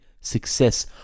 success